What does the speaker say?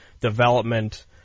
development